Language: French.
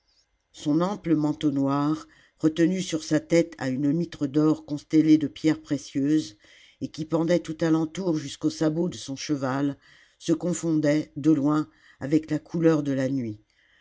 son ample manteau noir retenu sur sa tête à une mitre d'or constellée de pierres précieuses et qui pendait tout à l'entour jusqu'aux sabots de son cheval se confondait de loin avec la couleur de la nuit